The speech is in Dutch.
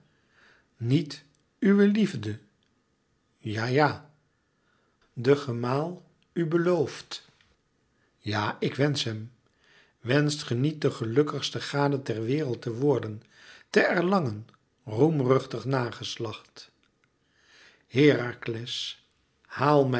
niet uwe liefde ja ja den gemaal u beloofd ja ik wensch hem wenscht ge niet de gelukkigste gade ter wereld te worden te erlangen roemruchtig nageslacht herakles